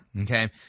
Okay